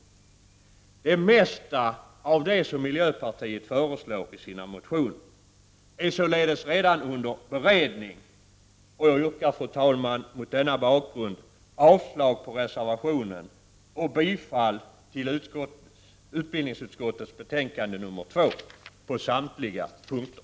Det mesta av det som miljöpartiet föreslår i sina motioner är således redan under beredning. Mot denna bakgrund yrkar jag, fru talman, avslag på samtliga reservationer och bifall till utbildningsutskottets hemställan i betänkande nr 2 på samtliga punkter.